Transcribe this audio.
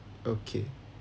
okay